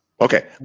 Okay